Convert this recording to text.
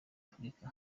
afrika